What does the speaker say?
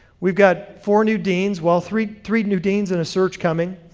we've got four new deans, well three three new deans and a search coming.